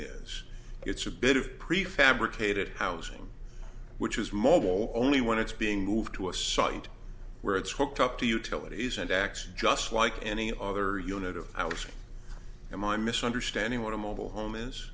is it's a bit of prefabricated housing which is mobile only when it's being moved to a site where it's hooked up to utilities and acts just like any other unit of i was and i'm misunderstanding what a mobile home is